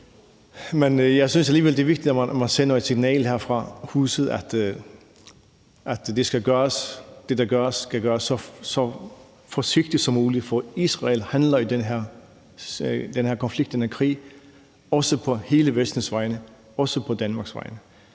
Men jeg synes alligevel, det er vigtigt, at man sender et signal her fra huset om, at det, der gøres, skal gøres så forsigtigt som muligt, for Israel handler i den her krig også på hele Vestens vegne og også på Danmarks vegne,